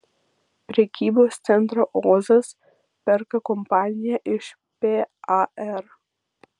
prekybos centrą ozas perka kompanija iš par